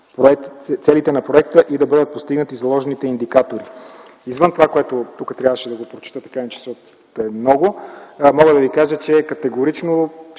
целите на проекта и да бъдат постигнати заложените индикатори. Извън това, което трябваше да прочета, мога да ви кажа, че категорично